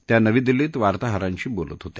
त्या नवी दिल्लीत वार्ताहरांशी बोलत होते